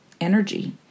energy